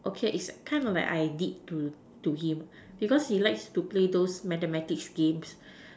okay is kind of like I did to to him because he like to play those mathematics games